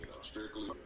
strictly